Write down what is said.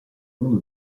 uno